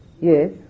Yes